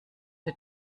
der